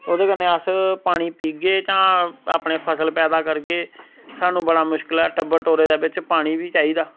ओह्दे कन्नै अस पानी पीगे जां अपने फसल पैदा करगे स्हानू बड़ा मुश्कल ऐ टब्बर टौरे दे बिच पानी बी चाहिदा